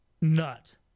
nut